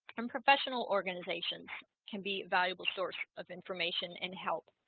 and professional organization can be valuable source of information and help